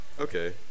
Okay